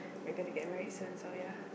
we're gonna get married soon so ya